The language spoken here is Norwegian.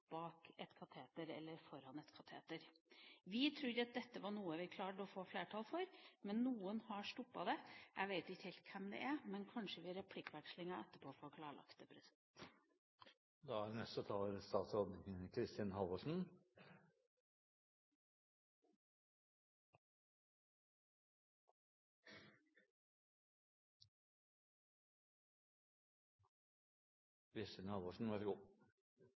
bak eller foran et kateter. Vi trodde dette var noe vi klarte å få flertall for. Men noen har stoppet det. Jeg vet ikke helt hvem det er, men kanskje vi i replikkvekslingen etterpå kan få klarlagt det.